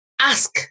ask